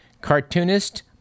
cartoonist